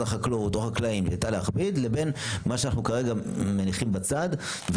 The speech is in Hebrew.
החקלאות או חקלאים נוטה להכביד לבין מה שאנחנו כרגע מניחים בצד.